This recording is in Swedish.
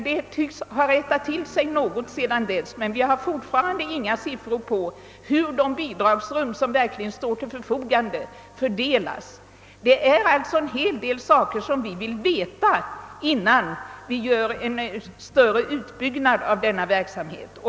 Denna dominans tycks nu ha minskat, men fortfarande har vi inga siffror på hur de bidragsrum som står till förfogande fördelas. Det är alltså en hel del saker som vi vill veta, innan vi företar en större utbyggnad av denna verksamhet.